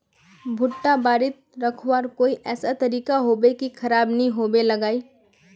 भुट्टा बारित रखवार कोई ऐसा तरीका होबे की खराब नि होबे लगाई?